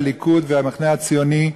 הליכוד והמחנה הציוני,